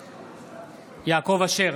נגד יעקב אשר,